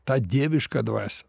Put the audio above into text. tą dievišką dvasią